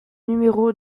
numéro